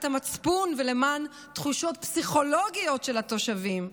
המצפון ולמען תחושות פסיכולוגיות של התושבים.